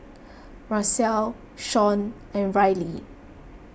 Marcelle Shon and Rillie